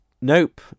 nope